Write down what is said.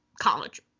college